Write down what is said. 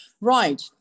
Right